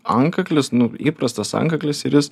antkaklis nu įprastas antkaklis ir jis